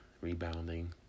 rebounding